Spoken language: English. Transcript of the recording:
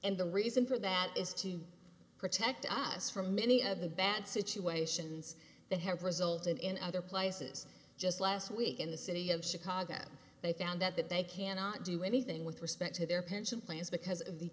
and the reason for that is to protect us from many of the bad situations that have resulted in other places just last week in the city of chicago they found that they cannot do anything with respect to their pension plans because